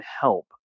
help